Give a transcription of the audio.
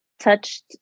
touched